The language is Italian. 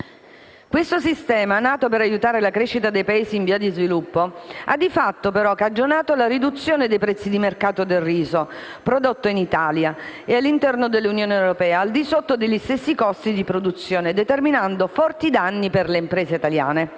Questo sistema, nato per aiutare la crescita dei Paesi in via di sviluppo, ha però di fatto cagionato la riduzione dei prezzi di mercato del riso prodotto in Italia e all'interno dell'Unione europea al di sotto degli stessi costi di produzione, determinando forti danni alle imprese italiane;